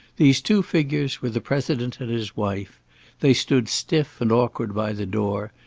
these two figures were the president and his wife they stood stiff and awkward by the door,